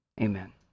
Amen